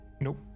Nope